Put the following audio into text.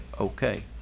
okay